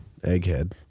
egghead